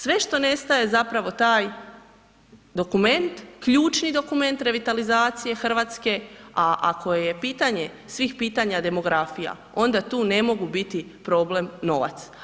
Sve što nestaje zapravo taj dokument, ključni dokument revitalizacije Hrvatske, a ako je pitanje svih pitanja demografija, onda tu ne mogu biti problem novac.